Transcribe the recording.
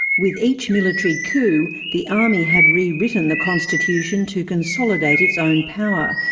with each military coup, the army had rewritten the constitution to consolidate its own power,